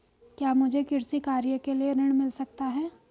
क्या मुझे कृषि कार्य के लिए ऋण मिल सकता है?